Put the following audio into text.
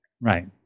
Right